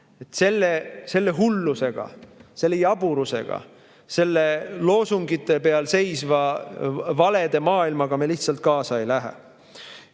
Selle hullusega, selle jaburusega, selle loosungite peal seisva valede maailmaga me lihtsalt kaasa ei lähe.